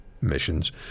missions